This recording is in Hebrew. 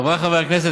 חבריי חברי הכנסת,